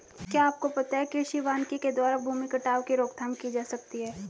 क्या आपको पता है कृषि वानिकी के द्वारा भूमि कटाव की रोकथाम की जा सकती है?